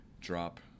drop